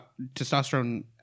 testosterone